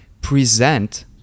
present